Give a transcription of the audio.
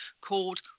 called